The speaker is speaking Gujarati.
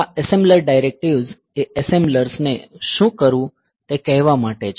આ એસેમ્બલર ડાયરેકટિવ્સ એ એસેમ્બલર્સને શું કરવું તે કહેવા માટે છે